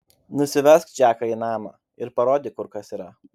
nusivesk džeką į namą ir parodyk kur kas yra